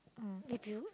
mm if you